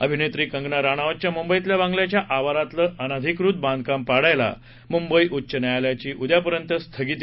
अभिनेत्री कंगना राणावतच्या मुंबईतल्या बंगल्याच्या आवारातलं अनधिकृत बांधकाम पाडायला मुंबई उच्च न्यायालयाची उद्यापर्यंत स्थगिती